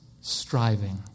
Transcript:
striving